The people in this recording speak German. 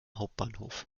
hauptbahnhof